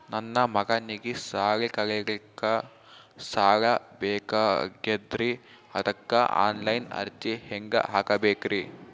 ನನ್ನ ಮಗನಿಗಿ ಸಾಲಿ ಕಲಿಲಕ್ಕ ಸಾಲ ಬೇಕಾಗ್ಯದ್ರಿ ಅದಕ್ಕ ಆನ್ ಲೈನ್ ಅರ್ಜಿ ಹೆಂಗ ಹಾಕಬೇಕ್ರಿ?